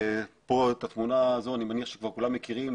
את התמונה הזו אני מניח שכולם מכירים,